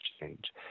change